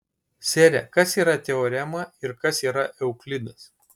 sere kas yra teorema ir kas yra euklidas